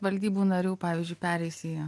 valdybų narių pavyzdžiui pereis į